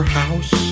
house